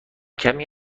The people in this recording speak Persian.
کمی